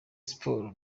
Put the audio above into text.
sports